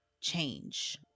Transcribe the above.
change